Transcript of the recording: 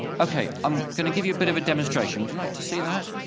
okay, i'm going to give you a bit of a demonstration. would you like to see that?